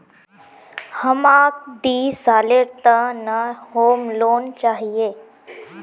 हमाक दी सालेर त न होम लोन चाहिए